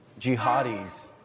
jihadis